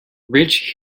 rich